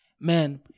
man